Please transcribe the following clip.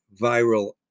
viral